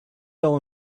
fell